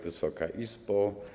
Wysoka Izbo!